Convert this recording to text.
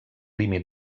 límit